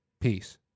Peace